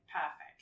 perfect